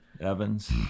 Evans